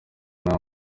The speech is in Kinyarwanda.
nta